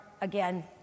again